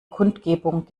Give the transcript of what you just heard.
kundgebung